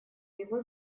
его